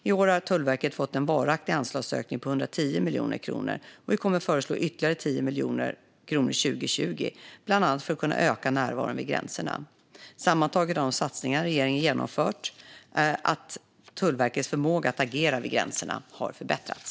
I år har Tullverket fått en varaktig anslagsökning på 110 miljoner kronor, och vi kommer att föreslå ytterligare 10 miljoner kronor 2020 bland annat för att kunna öka närvaron vid gränserna. Sammantaget har de satsningar regeringen gjort medfört att Tullverkets förmåga att agera vid gränserna har förbättrats.